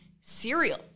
Cereal